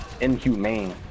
inhumane